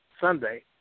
Sunday